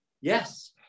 Yes